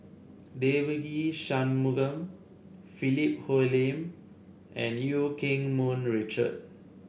Devagi Sanmugam Philip Hoalim and Eu Keng Mun Richard